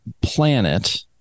planet